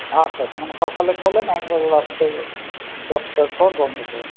আচ্ছা আচ্ছা মানে সকালে খোলেন একবারে রাত্রে দশটার পর বন্ধ করেন